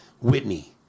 Whitney